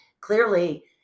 Clearly